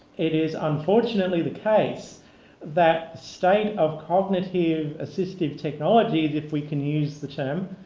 it is unfortunately the case that state of cognitive assistive technologies, if we can use the term,